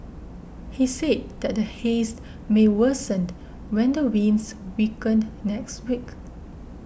he said that the Haze may worsen when the winds weaken next week